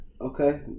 Okay